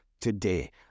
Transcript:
today